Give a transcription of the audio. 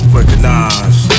Recognize